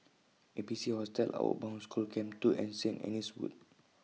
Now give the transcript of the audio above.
A B C Hostel Outward Bound School Camp two and Saint Anne's Wood